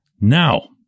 Now